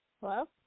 Hello